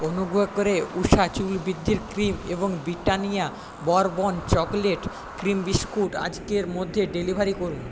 অনুগ্রহ করে উশা চুল বৃদ্ধির ক্রিম এবং Britannia bourbon chocolate cream biscuit আজকের মধ্যে ডেলিভারি করুন